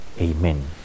Amen